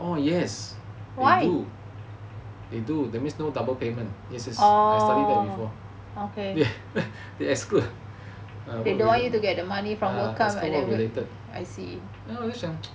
oh yes they do they do that means no double payment yes yes I study that before they exclude err work related then 我就想